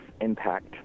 impact